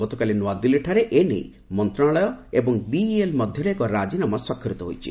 ଗତକାଲି ନ୍ତଆଦିଲ୍ଲୀଠାରେ ଏ ନେଇ ମନ୍ତ୍ରଶାଳୟ ଏବଂ ବିଇଏଲ ମଧ୍ୟରେ ଏକ ରାଜିନାମା ସ୍ୱାକ୍ଷରିତ ହୋଇଛି